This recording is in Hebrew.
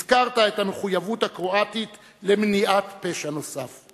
הזכרת את המחויבות הקרואטית למניעת פשע נוסף.